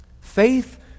Faith